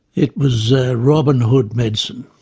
it was robin hood medicine.